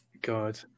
god